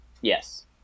yes